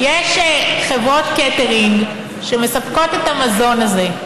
יש חברות קייטרינג שמספקות את המזון הזה.